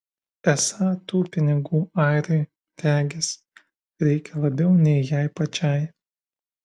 esą tų pinigų airiui regis reikia labiau nei jai pačiai